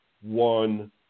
one